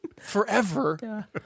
forever